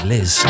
Liz